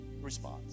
response